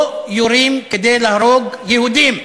לא יורים כדי להרוג יהודים.